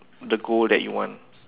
the goal that you want